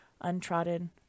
untrodden